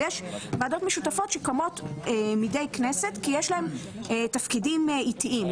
אבל יש ועדות משותפות שקמות מדי כנסת כי יש להן תפקידים עיתיים.